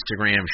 Instagram